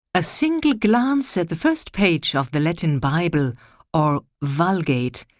a single glance at the first page of the legend bible or vulgate,